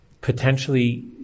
potentially